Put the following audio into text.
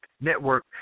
Network